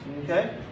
Okay